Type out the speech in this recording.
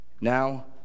Now